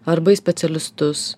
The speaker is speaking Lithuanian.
arba į specialistus